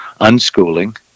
unschooling